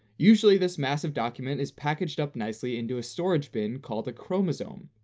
usually this massive document is packaged up nicely into a storage bin called a chromosome.